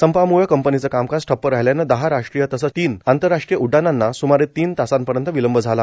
संपाम्छं कंपनीचं कामकाज ठप्प राहिल्यानं दहा राष्ट्रीय तसंच तीन आंतरराष्ट्रीय उड्डाणांना सूमारे तीन तासांपर्यंत विलंब झाला